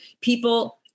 people